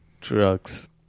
drugs